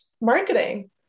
marketing